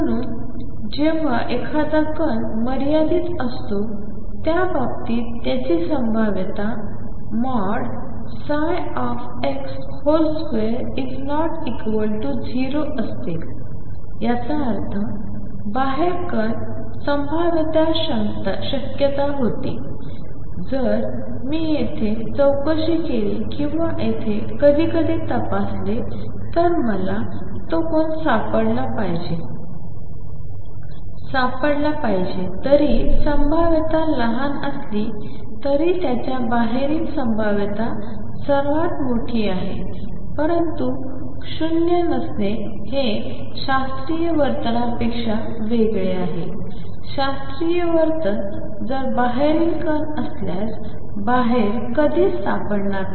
म्हणून जेव्हा एखादा कण मर्यादित असतो त्या बाबतीत त्याची संभाव्यता x2≠0 असते याचा अर्थ बाहेर कण संभाव्यताशक्यता होती जर मी येथे चौकशी केली किंवा येथे कधीकधी तपासले तर मला तो कण सापडला असला तरी संभाव्यता लहान असली तरी त्याच्या बाहेरील संभाव्यता सर्वात मोठी आहे परंतु शून्य नसणे हे शास्त्रीयवर्तनपेक्षा वेगळे आहे शास्त्रीय वर्तन जर बाहेरील कण असल्यास बाहेर कधीच सापडणार नाही